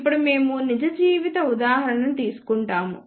ఇప్పుడు మేము నిజ జీవిత ఉదాహరణను తీసుకుంటాము